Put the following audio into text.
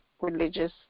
religious